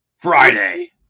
friday